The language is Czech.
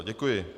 Děkuji.